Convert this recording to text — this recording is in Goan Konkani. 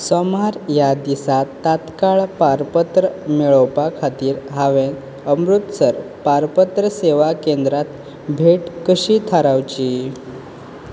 सोमार ह्या दिसा तात्काळ पारपत्र मेळोवपा खातीर हांवें अमृतसर पारपत्र सेवा केंद्रांत भेट कशी थारावची